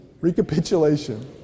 Recapitulation